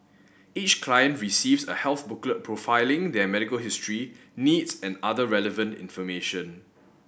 each client receives a health booklet profiling their medical history needs and other relevant information